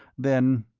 then